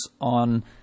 on